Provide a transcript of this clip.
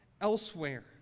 elsewhere